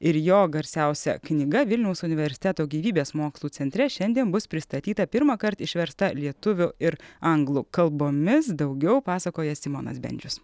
ir jo garsiausia knyga vilniaus universiteto gyvybės mokslų centre šiandien bus pristatyta pirmąkart išversta lietuvių ir anglų kalbomis daugiau pasakoja simonas bendžius